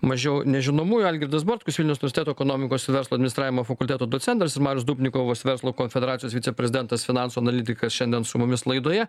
mažiau nežinomųjų algirdas bartkus jaunius universiteto ekonomikos ir verslo administravimo fakulteto docentas marius dubnikovas verslo konfederacijos viceprezidentas finansų analitikas šiandien su mumis laidoje